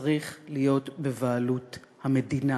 צריך להיות בבעלות המדינה